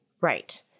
Right